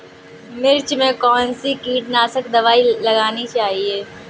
मिर्च में कौन सी कीटनाशक दबाई लगानी चाहिए?